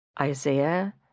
Isaiah